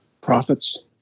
profits